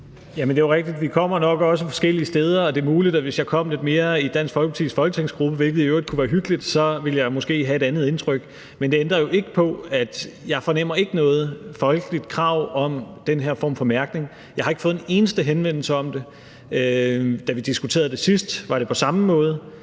Jamen det er jo rigtigt, vi kommer nok også forskellige steder, og det er muligt, at hvis jeg kom lidt mere i Dansk Folkepartis folketingsgruppe, hvilket i øvrigt kunne være hyggeligt, så ville jeg måske have et andet indtryk. Men det ændrer jo ikke ved, at jeg ikke fornemmer noget folkeligt krav om den her form for mærkning. Jeg har ikke fået en eneste henvendelse om det. Da vi diskuterede det sidst, var det på samme måde.